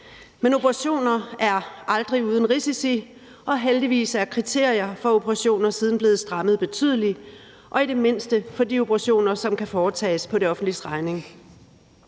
Men operationer er aldrig uden risici, og heldigvis er kriterier for operationer siden blevet strammet betydeligt, i det mindste for de operationer, som kan foretages på det offentliges regning.